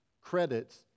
credits